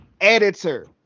Editor